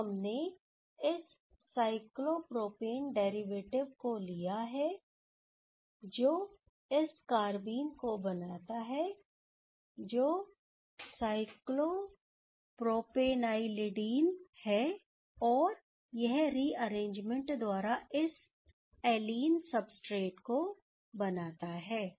तो हमने इस साइक्लोप्रोपेन डेरिवेटिव को लिया है जो इस कारबीन को बनाता है जो साइक्लोप्रोपेनाइ लीडिन है संदर्भ समय 2131 और यह रिअरेंजमेंट द्वारा इस एलीन सबस्ट्रेट को बनाता है